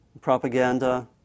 Propaganda